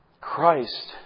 Christ